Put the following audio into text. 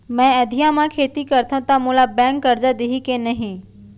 मैं अधिया म खेती करथंव त मोला बैंक करजा दिही के नही?